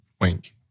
Wink